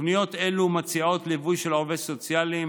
תוכניות אלו מציעות ליווי של עובד סוציאלי,